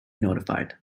notified